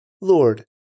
Lord